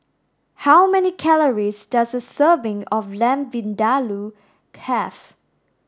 how many calories does a serving of Lamb Vindaloo have